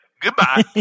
Goodbye